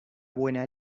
buena